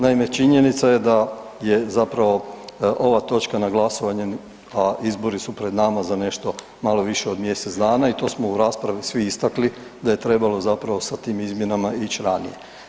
Naime, činjenica je da je zapravo ova točka na glasovanju a izbori su pred nama za nešto malo više od mjesec dana i to smo u raspravi svi istakli, da je trebalo zapravo sa tim izmjenama ić ranije.